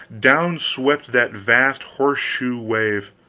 down swept that vast horse-shoe wave